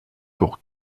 pour